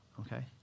okay